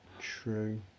True